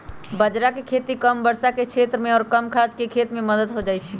बाजरा के खेती कम वर्षा के क्षेत्र में और कम खाद के मदद से हो जाहई